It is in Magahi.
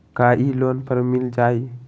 का इ लोन पर मिल जाइ?